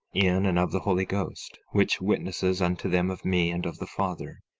in and of the holy ghost, which witnesses unto them of me and of the father.